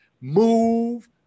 move